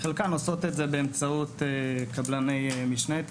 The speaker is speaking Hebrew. חלקן עושות את הביטוחים באמצעות קבלני משנה.